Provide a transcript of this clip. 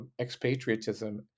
expatriatism